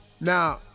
Now